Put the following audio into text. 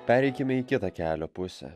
pereikime į kitą kelio pusę